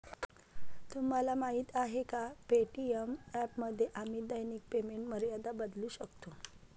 तुम्हाला माहीत आहे का पे.टी.एम ॲपमध्ये आम्ही दैनिक पेमेंट मर्यादा बदलू शकतो?